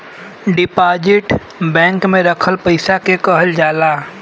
deposit bank में रखल पइसा के कहल जाला